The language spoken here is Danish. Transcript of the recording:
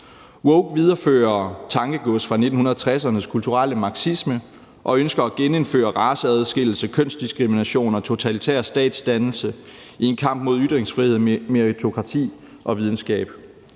Woke viderefører tankegods fra 1960'ernes kulturelle marxisme og ønsker at genindføre raceadskillelse, kønsdiskrimination og totalitær statsdannelse i en kamp mod ytringsfrihed, meritokrati og videnskab.